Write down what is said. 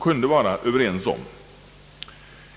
kunde vara överens om.